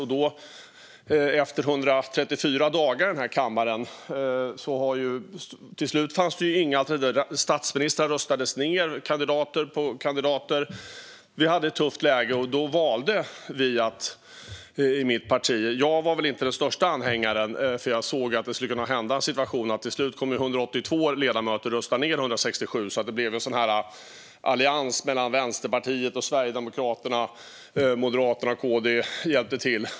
Men efter 134 dagar röstades statsministerkandidater ned, och vi hade ett tufft läge. Då valde mitt parti att ingå överenskommelsen. Jag var inte den störste anhängaren av det, för jag insåg att 182 ledamöter skulle komma att rösta ned 167 med Vänsterpartiet och Sverigedemokraterna i allians där Moderaterna och Kristdemokraterna hjälpte till.